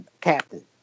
captain